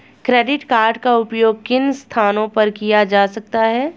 Credit card का उपयोग किन स्थानों पर किया जा सकता है?